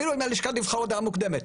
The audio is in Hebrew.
אפילו אם הלשכה דיווחה הודעה מוקדמת.